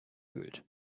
fühlt